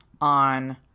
on